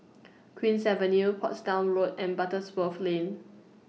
Queen's Avenue Portsdown Road and Butterworth Lane